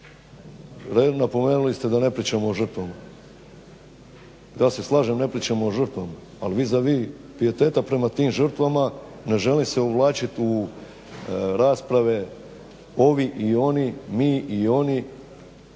napomenuli ste da ne pričamo o žrtvama, ja se slažem ne pričamo o žrtvama ali vis a vis pijeteta prema tim žrtvama ne želim se uvlačit u rasprave ovi i oni, mi i oni,